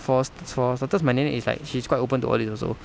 for st~ for starters my nenek is quite open to all this also